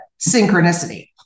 synchronicity